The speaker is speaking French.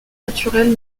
naturelles